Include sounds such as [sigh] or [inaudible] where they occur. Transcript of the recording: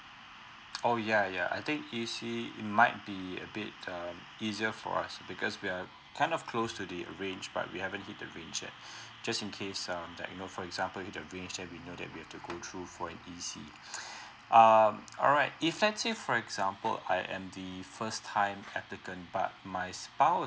oh ya ya I think E_C might be a bit um easier for us because we are kind of close to the arrange but we haven't hit the range yet just in case um that you know for example hit the range then we know that we to go through for an E_C [breath] um alright if let's say for example I am the first time applicant but my spouse